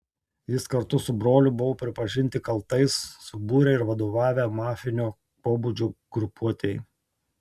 jis kartu su broliu buvo pripažinti kaltais subūrę ir vadovavę mafinio pobūdžio grupuotei